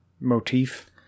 motif